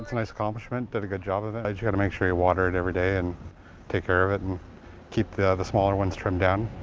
nice accomplishment, did a good job of and it. just gotta make sure you water it every day, and take care of it, and keep the ah the smaller ones trimmed down.